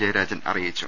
ജ യരാജൻ അറിയിച്ചു